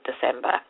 December